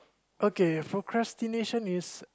okay procrastination is